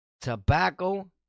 Tobacco